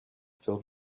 filled